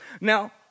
Now